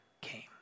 came